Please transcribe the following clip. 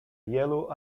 yellow